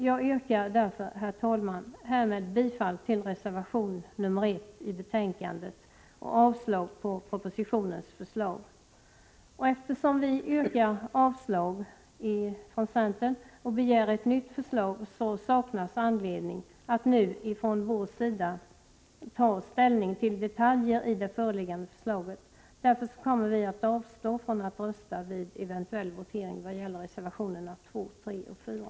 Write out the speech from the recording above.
Jag yrkar därför, herr talman, härmed bifall till reservation nr 1 i betänkandet och avslag på propositionens förslag. Eftersom vi från centern yrkar avslag och begär nytt förslag saknas anledning att nu från vår sida ta ställning till detaljer i det föreliggande förslaget. Därför kommer vi att avstå från att rösta vid eventuell votering vad gäller reservationerna 2, 3 och 4.